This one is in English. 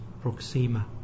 Proxima